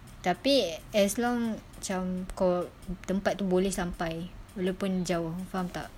tapi as long macam kau tempat tu boleh sampai walaupun jauh faham tak